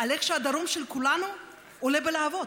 איך שהדרום של כולנו עולה בלהבות?